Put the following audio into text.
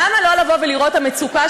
למה לא לבוא ולראות את המצוקה,